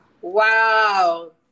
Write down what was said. Wow